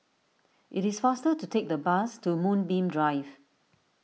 it is faster to take the bus to Moonbeam Drive